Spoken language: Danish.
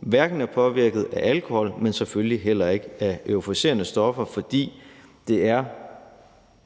hverken er påvirket af alkohol, men selvfølgelig heller ikke af euforiserende stoffer, fordi det er